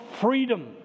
freedom